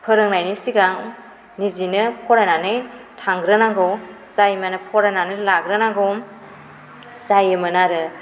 फोरोंनायनि सिगां निजिनो फरायनानै थांग्रोनांगौ जायो माने फरायनानै लाग्रोनांगौ जायोमोन आरो